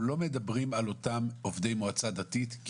אנחנו לא מדברים על אותם עובדי מועצה דתית.